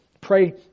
Pray